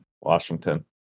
Washington